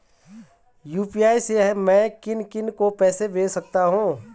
UPI से मैं किन किन को पैसे भेज सकता हूँ?